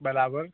બરાબર